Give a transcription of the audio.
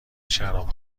شراب